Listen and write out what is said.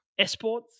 esports